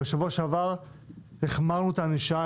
בשבוע שעבר החמרנו את הענישה,